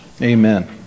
Amen